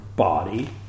body